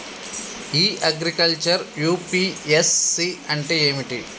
ఇ agriculture UPSC అంటే ఏమిటి?